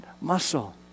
muscle